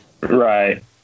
Right